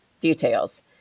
details